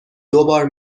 دوبار